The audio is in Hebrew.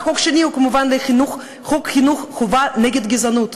והחוק השני הוא כמובן חוק חינוך חובה נגד גזענות.